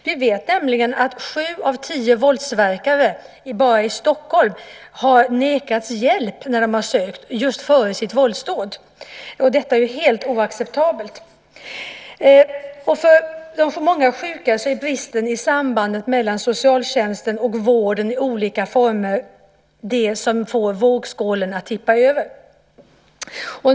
Vi vet nämligen att sju av tio våldsverkare bara i Stockholm har nekats den hjälp de har sökt just före sitt våldsdåd. Detta är ju helt oacceptabelt. För de många sjuka är bristen på samarbete mellan socialtjänsten och vården i olika former det som får vågskålen att tippa över.